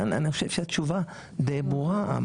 אני חושב שהתשובה די ברורה.